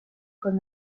con